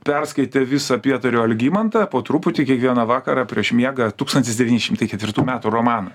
perskaitė visą pietario algimantą po truputį kiekvieną vakarą prieš miegą tūkstantis devyni šimtai ketvirtų metų romaną